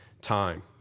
time